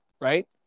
right